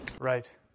Right